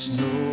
no